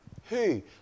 Hey